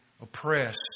oppressed